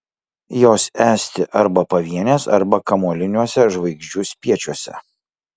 jos esti arba pavienės arba kamuoliniuose žvaigždžių spiečiuose